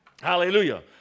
Hallelujah